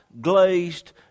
glazed